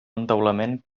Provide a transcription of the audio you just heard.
entaulament